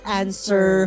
answer